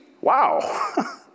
Wow